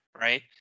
right